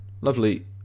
lovely